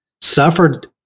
suffered